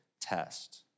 test